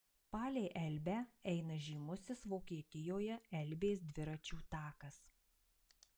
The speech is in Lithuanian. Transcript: palei elbę eina žymusis vokietijoje elbės dviračių takas